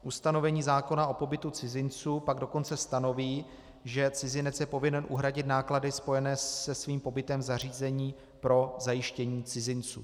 Ustanovení zákona o pobytu cizinců pak dokonce stanoví, že cizinec je povinen uhradit náklady spojené se svým pobytem v zařízení pro zajištění cizinců.